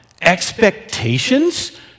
Expectations